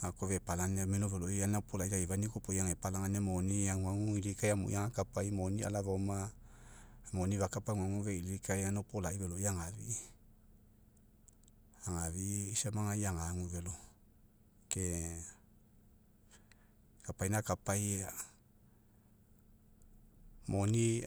gakoa fepalagania, mino veloi, egainai opolai, laifania koa opoi age palagania, mani aguagu, ilikae amul agakapai, moni alafaoma, moni fakapa, aguagu feilikae, againa apolai veloi agafia. Agofi'i samagai agu velo. Ke kapaina akapai, moni